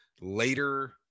later